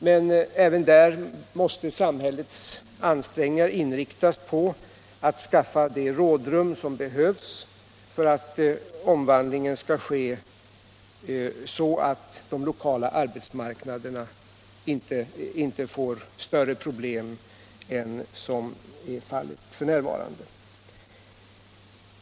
Men även där måste samhällets ansträngningar inriktas på att skaffa det rådrum som behövs för att omvandlingen skall ske så att de lokala arbetsmarknaderna inte får större problem än vad som är fallet f.n.